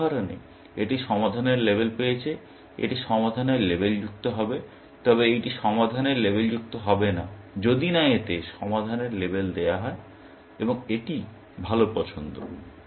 এই উদাহরণে এটি সমাধানের লেবেল পেয়েছে এটি সমাধানের লেবেলযুক্ত হবে তবে এইটি সমাধানের লেবেলযুক্ত হবে না যদি না এতে সমাধানের লেবেল দেওয়া হয় এবং এটিই ভাল পছন্দ